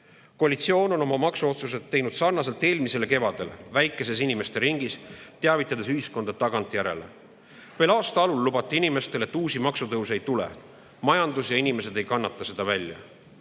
Koalitsioon on oma maksuotsused teinud, nagu ka eelmisel kevadel, väikeses inimeste ringis, teavitades ühiskonda tagantjärele. Veel aasta algul lubati inimestele, et uusi maksutõuse ei tule, sest majandus ja inimesed ei kannata seda välja.